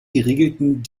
geregelten